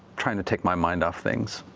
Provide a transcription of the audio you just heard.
trying to take my mind off things.